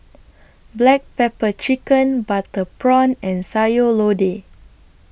Black Pepper Chicken Butter Prawn and Sayur Lodeh